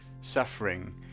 suffering